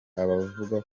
abavuga